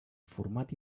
format